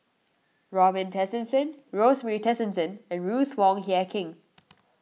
Robin Tessensohn Rosemary Tessensohn and Ruth Wong Hie King